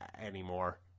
anymore